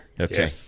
Okay